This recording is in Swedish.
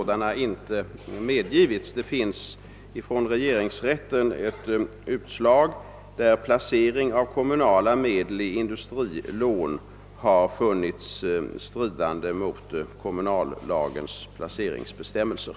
Det finns ett utslag från regeringsrätten i vilket placering av kommunala medel i in dustrilån har funnits stridande mot kommunallagens placeringsbestämmelser.